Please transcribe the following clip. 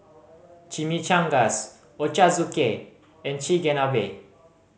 Chimichangas Ochazuke and Chigenabe